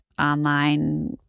online